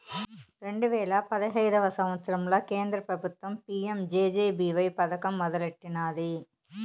రెండు వేల పదహైదు సంవత్సరంల కేంద్ర పెబుత్వం పీ.యం జె.జె.బీ.వై పదకం మొదలెట్టినాది